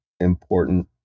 important